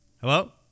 Hello